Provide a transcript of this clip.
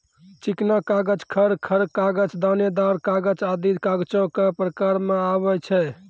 चिकना कागज, खर खर कागज, दानेदार कागज आदि कागजो क प्रकार म आवै छै